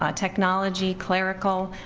ah technology, clerical.